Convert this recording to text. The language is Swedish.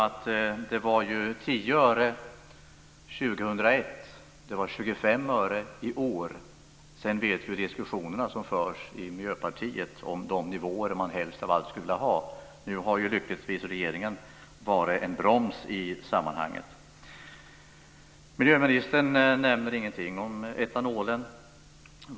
Prishöjningen är 10 öre 2001 och 25 öre i år. Vi vet hur man i Miljöpartiet för diskussioner om de nivåer som man helst av allt skulle vilja ha. Regeringen har lyckligtvis fungerat som en broms i sammanhanget. Miljöministern nämner ingenting om etanolen.